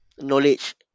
knowledge